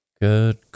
Good